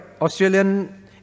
Australian